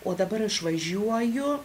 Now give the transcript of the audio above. o dabar aš važiuoju